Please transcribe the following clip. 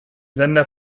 sender